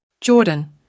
Jordan